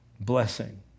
blessing